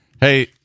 Hey